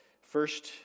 first